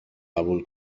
قبول